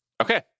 okay